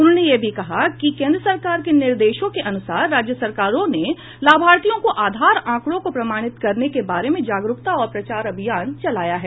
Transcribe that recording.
उन्होंने यह भी कहा कि केंद्र सरकार के निर्देशों के अनुसार राज्य सरकारों ने लाभार्थियों को आधार आंकड़ों को प्रमाणित करने के बारे में जागरूकता और प्रचार अभियान चलाया है